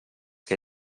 que